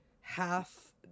half